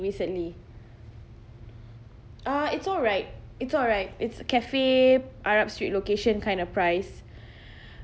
recently ah it's all right it's all right it's cafe arab street location kind of price